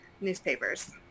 newspapers